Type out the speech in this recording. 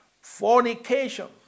fornication